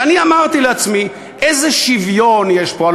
ואני אמרתי לעצמי: איזה שוויון יש פה?